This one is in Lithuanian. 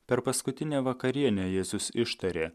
per paskutinę vakarienę jėzus ištarė